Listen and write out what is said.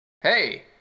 Hey